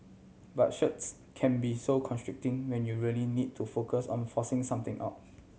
but shirts can be so constricting when you really need to focus on forcing something out